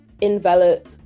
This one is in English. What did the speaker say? envelop